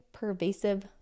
pervasive